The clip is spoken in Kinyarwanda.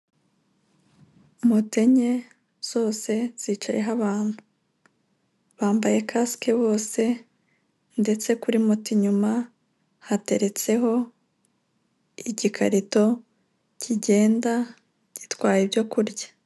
Mote enye zose zicayeho abantu bambaye kasike bose ndetse kuri moto inyuma hateretseho igikarito kigenda gitwaye ibyo kurya.